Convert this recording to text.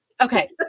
Okay